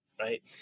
right